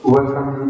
Welcome